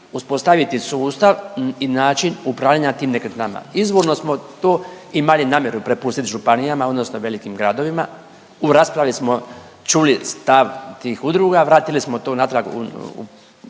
uspostaviti sustav i način upravljanja tim nekretninama. Izvorno smo to imali namjeru prepustit županijama odnosno velikim gradovima. U raspravi smo čuli stav tih udruga, vratili smo to natrag